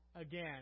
again